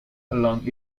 along